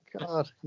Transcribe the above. God